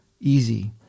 easy